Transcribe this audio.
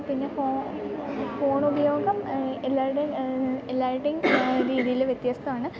പിന്നെ ഫോ ഫോണുപയോഗം എല്ലാവരുടെയും എല്ലാവരുടെയും രീതിയിൽ വ്യത്യസ്തമാണ്